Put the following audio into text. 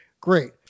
Great